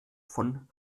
von